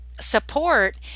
support